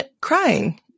crying